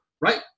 right